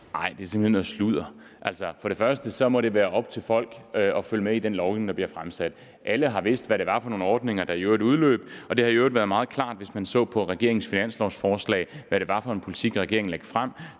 Nej, det er simpelt hen noget sludder. For det første må det være op til folk at følge med i de lovforslag, der bliver fremsat. Alle har vidst, hvad det var for nogle ordninger, der udløb. Det har for det andet i øvrigt været meget klart, hvis man så på regeringens finanslovforslag, hvad det var for en politik, regeringen lagde frem.